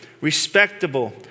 respectable